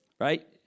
Right